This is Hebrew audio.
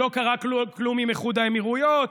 לא קרה כלום עם איחוד האמירויות,